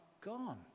gone